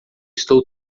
estou